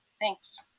Thanks